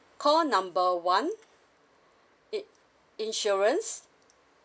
call number one i~ insurance